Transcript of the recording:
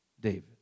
David